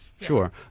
Sure